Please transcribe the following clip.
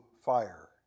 fire